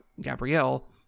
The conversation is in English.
Gabrielle